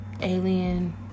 alien